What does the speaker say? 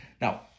Now